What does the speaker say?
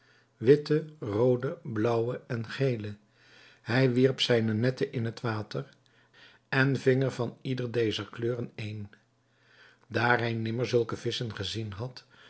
witte roode blaauwe en gele hij wierp zijne netten in het water en ving er van ieder dezer kleuren één daar hij nimmer zulke visschen gezien had